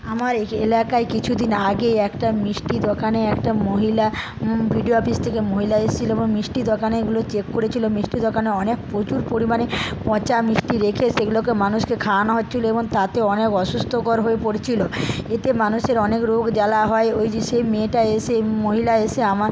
আমার এই এলাকায় কিছু দিন আগে একটা মিষ্টির দোকানে একটা মহিলা বিডিও অফিস থেকে মহিলা এসেছিল এবং মিষ্টির দোকানে এগুলো চেক করেছিল মিষ্টির দোকানে অনেক প্রচুর পরিমাণে পচা মিষ্টি রেখে সেগুলোকে মানুষকে খাওয়ানো হচ্ছিল এবং তাতে অনেক অসুস্থকর হয়ে পড়ছিল এতে মানুষের অনেক রোগজ্বালা হয় ওই যে সে মেয়েটা এসে মহিলা এসে আমার